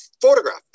photograph